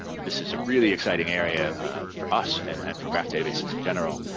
this is a really exciting area for us and and for graph databases in general.